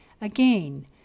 Again